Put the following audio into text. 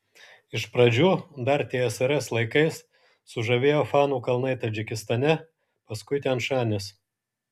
iš pradžių dar tsrs laikais sužavėjo fanų kalnai tadžikistane paskui tian šanis